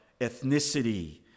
ethnicity